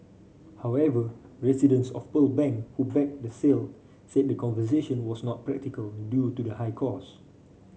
however residents of Pearl Bank who backed the sale said that conservation was not practical due to the high cost